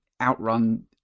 Outrun